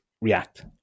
react